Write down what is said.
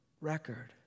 record